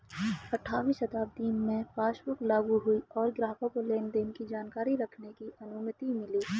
अठारहवीं शताब्दी में पासबुक लागु हुई और ग्राहकों को लेनदेन की जानकारी रखने की अनुमति मिली